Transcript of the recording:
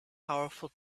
powerful